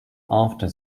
after